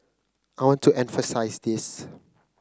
I want to emphasise this